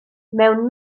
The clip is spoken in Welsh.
mewn